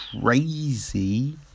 crazy